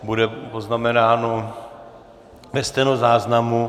Bude poznamenáno ve stenozáznamu.